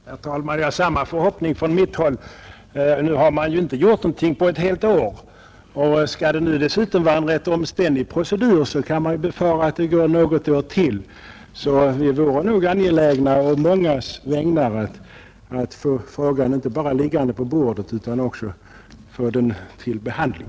Herr talman! Jag hyser samma förhoppning som herr Sjöholm. Men nu har man ju inte gjort någonting på ett helt år, och skall det dessutom vara en rätt omständlig procedur kan vi befara att det går något år till. Vi vore nog — på mångas vägnar — angelägna om att få frågan inte bara liggande på bordet utan också upptagen till behandling.